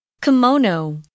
Kimono